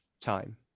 time